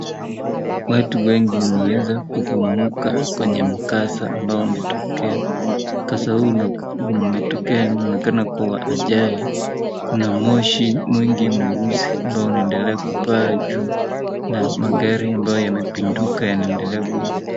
Watu wengi wameweza kufumuka kwenye mkasa ambao umetokea. Mkasa huu umetokea inaonekana kuwa ajali. Kuna moshi mwingi mweusi ambao unaendelea kupaa juu na magari ambayo yamepinduka yanaendelea kuungua.